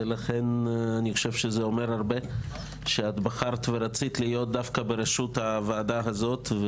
ולכן אני חושב שזה אומר הרבה שרצית להיות דווקא בראשות הוועדה הזאת,